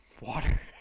Water